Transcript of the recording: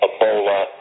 Ebola